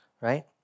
right